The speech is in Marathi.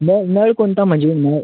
नळ नळ कोणता म्हणजे नळ